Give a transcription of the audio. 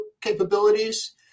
capabilities